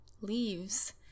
leaves